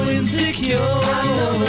insecure